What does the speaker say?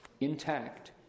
intact